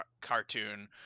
cartoon